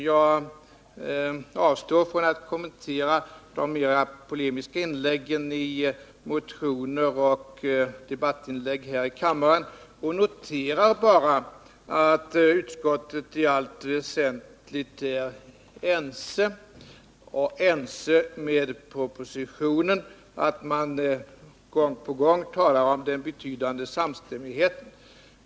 Jag avstår från att kommentera de mera polemiska inläggen i motioner och anföranden här i kammaren och noterar bara, att utskottet i allt väsentligt instämmer i det som anförs i propositionen och gång på gång talar om den betydande samstämmigheten.